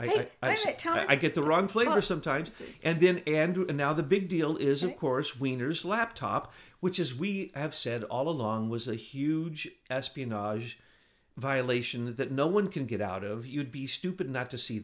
you i get the wrong flavor sometimes and then andrew and now the big deal is of course wieners laptop which is we have said all along was a huge espionage violation that no one can get out of you'd be stupid not to see